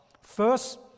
First